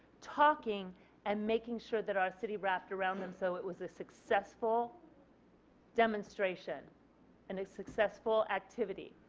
talking and making sure that our city wrapped around them so it was a successful demonstration and a successful activity.